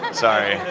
but sorry.